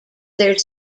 their